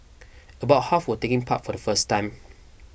about half were taking part for the first time